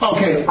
Okay